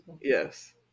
yes